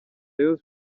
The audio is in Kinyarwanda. rayon